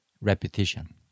repetition